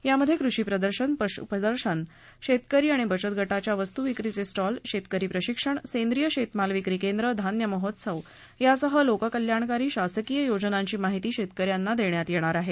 या मध्ये कृषी प्रदर्शन पशु प्रदर्शन शेतकरी आणि बचतगटाच्या वस्तू विक्रीचे स्टॉल शेतकरी प्रशिक्षण सेंद्रिय शेतमाल विक्री केंद्र धान्य महोत्सव या सह लोककल्याणकारी शासकीय योजनांची माहिती शेतकऱ्यांना देण्यात येणार आहे